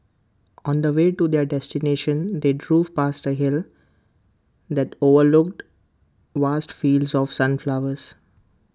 on the way to their destination they drove past A hill that overlooked vast fields of sunflowers